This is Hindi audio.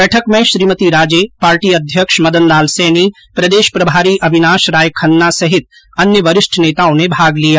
बैठक में श्रीमती राजे पार्टी अध्यक्ष मदन लाल सैनी प्रदेश प्रभारी अविनाश राय खन्ना सहित अन्य वरिष्ठ नेताओं ने भाग लिया